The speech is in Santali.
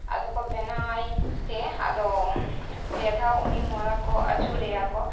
ᱟᱫᱚ ᱠᱚ ᱵᱮᱱᱟᱣ ᱟᱭ ᱛᱮ ᱟᱫᱚ ᱯᱮ ᱫᱷᱟᱣ ᱩᱱᱤ ᱢᱚᱲᱟ ᱠᱚ ᱟᱹᱪᱩᱨᱮᱭᱟ ᱠᱚ